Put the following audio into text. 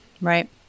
Right